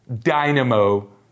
dynamo